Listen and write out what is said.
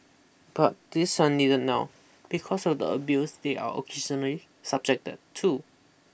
but these are need now because of the abuse they are occasionally subjected to